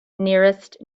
nearest